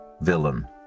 villain